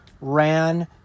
ran